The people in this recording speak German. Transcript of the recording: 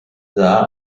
sah